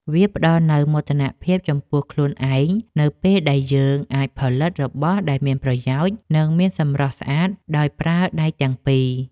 វាផ្ដល់នូវមោទនភាពចំពោះខ្លួនឯងនៅពេលដែលយើងអាចផលិតរបស់ដែលមានប្រយោជន៍ និងមានសម្រស់ស្អាតដោយប្រើដៃទាំងពីរ។